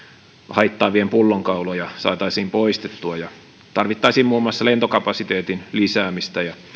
haittaavia pullonkauloja saataisiin poistettua tarvittaisiin muun muassa lentokapasiteetin lisäämistä ja